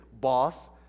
boss